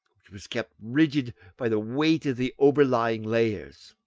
which was kept rigid by the weight of the overlying layers.